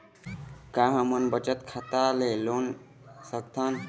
का हमन बचत खाता ले लोन सकथन?